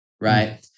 right